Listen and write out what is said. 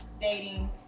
dating